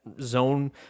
zone